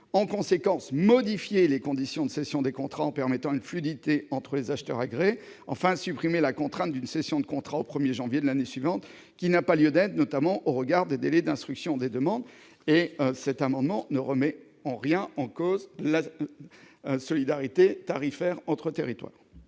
en conséquence, modifier les conditions de cession des contrats en permettant une fluidité entre les acheteurs agréés ; enfin, supprimer la contrainte d'une cession de contrat au 1 janvier de l'année suivante, laquelle n'a pas lieu d'être, notamment au regard des délais d'instruction des demandes. Je précise que ces dispositions ne remettent nullement en cause la solidarité tarifaire entre les territoires.